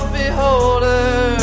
beholder